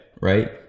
Right